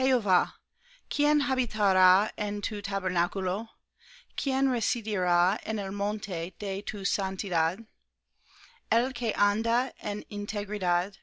quién es el hombre que teme á